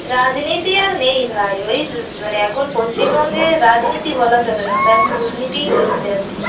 রাজনীতি আর নেই ভাই ওই মানে এখন পশ্চিমবঙ্গে রাজনীতি বলা চলে না ওটা এখন দুর্নীতিই চলছে আর কি